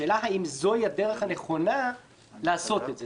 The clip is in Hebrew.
השאלה היא האם זוהי הדרך הנכונה לעשות את זה,